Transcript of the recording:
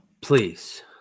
please